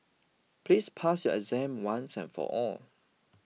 please pass your exam once and for all